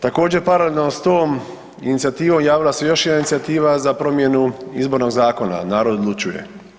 Također, paralelno s tom inicijativom, javila se još jedna inicijativa za promjenu Izbornog zakona, „Narod odlučuje“